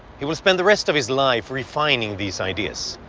he will spend the rest of his life refining these ideas.